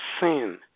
sin